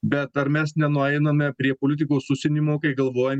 bet ar mes nenueiname prie politikų susinimo kai galvojam